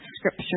Scripture